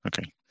okay